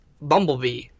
Bumblebee